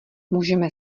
můžeme